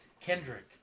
Kendrick